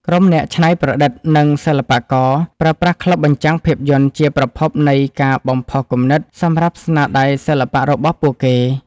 ក្រុមអ្នកច្នៃប្រឌិត និងសិល្បករ ប្រើប្រាស់ក្លឹបបញ្ចាំងភាពយន្តជាប្រភពនៃការបំផុសគំនិត សម្រាប់ស្នាដៃសិល្បៈរបស់ពួកគេ។